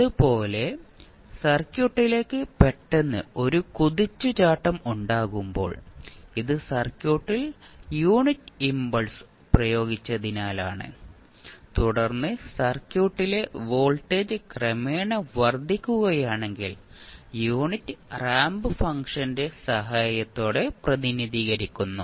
അതുപോലെ സർക്യൂട്ടിലേക്ക് പെട്ടെന്ന് ഒരു കുതിച്ചുചാട്ടം ഉണ്ടാകുമ്പോൾ ഇത് സർക്യൂട്ടിൽ യൂണിറ്റ് ഇംപൾസ് പ്രയോഗിച്ചതിനാലാണ് തുടർന്ന് സർക്യൂട്ടിലെ വോൾട്ടേജ് ക്രമേണ വർദ്ധിക്കുകയാണെങ്കിൽ യൂണിറ്റ് റാമ്പ് ഫംഗ്ഷന്റെ സഹായത്തോടെ പ്രതിനിധീകരിക്കുന്നു